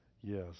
yes